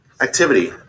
activity